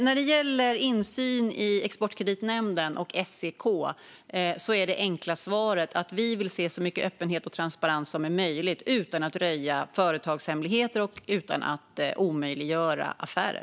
När det gäller insyn i Exportkreditnämnden och SEK är det enkla svaret att vi vill se så mycket öppenhet och transparens som är möjligt utan att röja företagshemligheter och utan att omöjliggöra affärer.